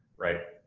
right?